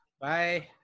Bye